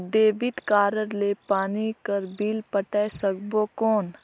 Debit card ले पानी कर बिल पटाय सकबो कौन?